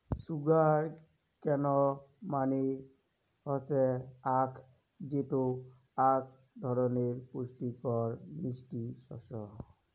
sugar cane মানে হসে আখ যেটো আক ধরণের পুষ্টিকর মিষ্টি শস্য